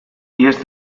pies